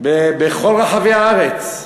בכל רחבי הארץ.